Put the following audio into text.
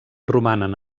romanen